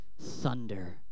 thunder